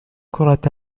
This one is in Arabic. كرة